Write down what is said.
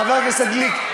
חבר הכנסת גליק,